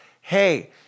Hey